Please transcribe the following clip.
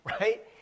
right